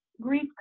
grief